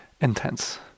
intense